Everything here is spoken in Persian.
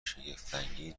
شگفتانگیز